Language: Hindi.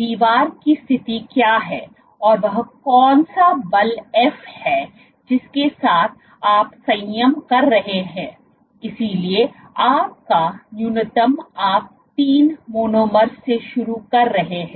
दीवार की स्थिति क्या है और वह कौन सा बल f है जिसके साथ आप संयम कर रहे हैं इसलिए आपका न्यूनतम आप 3 मोनोमर्स से शुरू कर रहे हैं